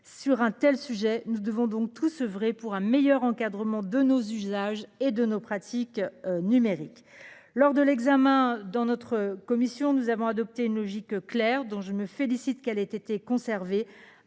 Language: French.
que nous sommes. Nous devons donc tous oeuvrer pour un meilleur encadrement de nos usages et de nos pratiques numériques. Lors de l'examen du texte en commission, nous avons adopté une logique claire, dont je me félicite qu'elle ait été conservée,